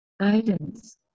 guidance